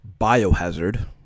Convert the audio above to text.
Biohazard